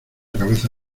cabeza